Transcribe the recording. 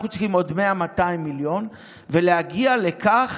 אנחנו צריכים עוד 100 200 מיליון ולהגיע לכך